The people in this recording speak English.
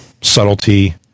subtlety